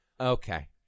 Okay